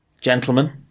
gentlemen